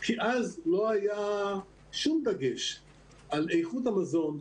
כי אז לא היה שום דגש על איכות המזון,